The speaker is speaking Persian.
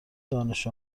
دانش